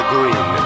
Green